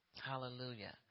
Hallelujah